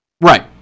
Right